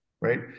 right